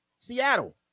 Seattle